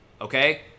okay